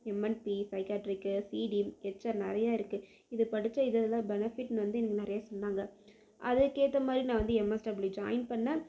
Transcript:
MNP சைக்கார்டிக்கு CD HR நிறைய இருக்குது இதை படித்தா இது இது பெனஃபிட் வந்து நிறையா சொன்னாங்க அதுக்கேற்ற மாதிரி நான் எம்எஸ்டபுள்யூ ஜாயின் பண்ணேன்